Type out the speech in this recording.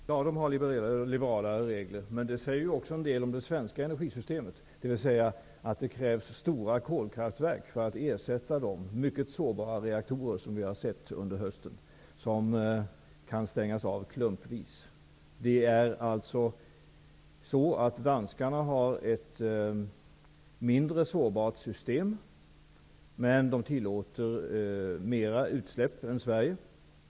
Herr talman! Ja, man har liberalare regler i Danmark. Men det säger ju också en del om det svenska energisystemet. Det krävs alltså stora kolkraftverk för att ersätta de mycket sårbara reaktorer som vi under hösten har sett kan stängas av klumpvis. Danskarna har ett mindre sårbart system, men de tillåter större utsläpp än vad vi i Sverige gör.